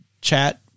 chat